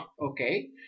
Okay